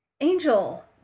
Angel